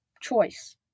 choice